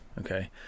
Okay